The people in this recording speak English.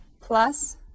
Plus